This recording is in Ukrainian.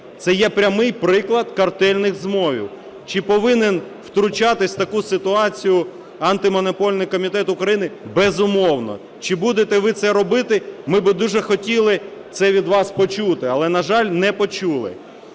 Це є прямий приклад картельних змов. Чи повинен втручатись в таку ситуацію Антимонопольний комітет України? Безумовно. Чи будете ви це робити? Ми би дуже хотіли це від вас почути. Але, на жаль, не почули.